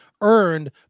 earned